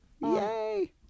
Yay